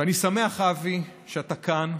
ואני שמח, אבי, שאתה כאן,